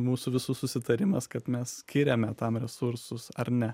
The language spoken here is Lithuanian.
mūsų visų susitarimas kad mes skiriame tam resursus ar ne